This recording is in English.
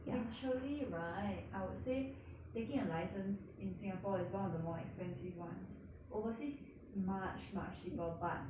actually right I would say taking a license in singapore is one of the more expensive ones overseas is much much cheaper but